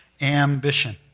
ambition